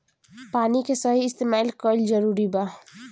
पानी के सही इस्तेमाल कइल जरूरी बा